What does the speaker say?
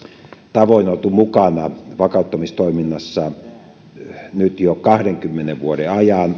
tavoin oltu mukana vakauttamistoiminnassa nyt jo kahdenkymmenen vuoden ajan